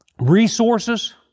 resources